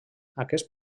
aquest